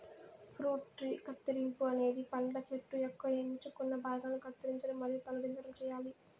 fruit tree కత్తిరింపు అనేది పండ్ల చెట్టు యొక్క ఎంచుకున్న భాగాలను కత్తిరించడం మరియు తొలగించడం చేయాలి